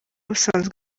busanzwe